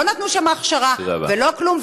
לא נתנו שם הכשרה ולא כלום,